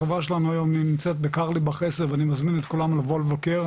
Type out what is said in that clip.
החברה שלנו היום נמצאת בקרליבך 10 ואני מזמין את כולם לבוא לבקר,